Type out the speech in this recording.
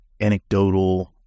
anecdotal